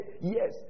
Yes